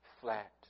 flat